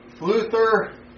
Luther